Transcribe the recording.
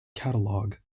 catalogue